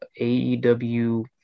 AEW